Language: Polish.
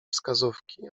wskazówki